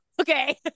Okay